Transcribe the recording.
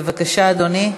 בבקשה, אדוני.